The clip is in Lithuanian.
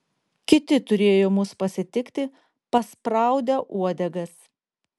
kiti turėjo mus pasitikti paspraudę uodegas